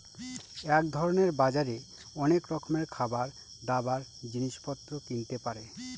এক ধরনের বাজারে অনেক রকমের খাবার, দাবার, জিনিস পত্র কিনতে পারে